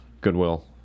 Goodwill